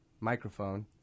microphone